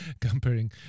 comparing